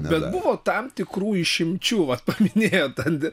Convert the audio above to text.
bet buvo tam tikrų išimčių vat paminėjot